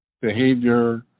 behavior